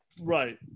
Right